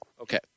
Okay